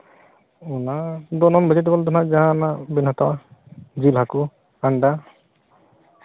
ᱚᱱᱟ ᱫᱚ ᱱᱚᱱ ᱵᱷᱮᱡᱤᱴᱮᱵᱚᱞ ᱫᱚ ᱱᱟᱦᱟᱸᱜ ᱡᱟᱦᱟᱱᱟᱜ ᱵᱮᱱ ᱦᱟᱛᱟᱣᱟ ᱡᱤᱞ ᱦᱟᱹᱠᱩ ᱴᱷᱟᱱᱰᱟ